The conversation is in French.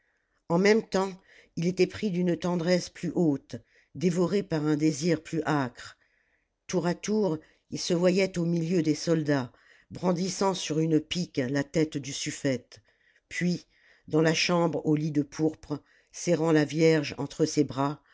en même temps il était pris d'une tendresse plus haute dévoré par un désir plus acre tour à tour il se voyait au milieu des soldats brandissant sur une pique la tête du suffète puis dans la chambre au lit de pourpre serrant la vierge entre ses bras